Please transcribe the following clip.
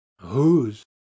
Whose